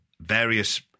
various